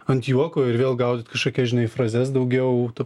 ant juoko ir vėl gaudyt kažkokias žinai frazes daugiau tu